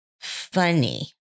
Funny